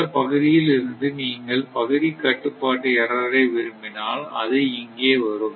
இந்தப் பகுதியில் இருந்து நீங்கள் பகுதி கட்டுப்பாட்டு எர்ரர் ஐ விரும்பினால் அது இங்கே வரும்